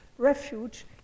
Refuge